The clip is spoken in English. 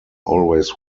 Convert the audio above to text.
always